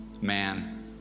man